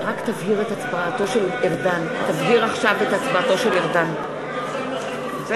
השר ארדן, הצבעתך לא תשונה, אתה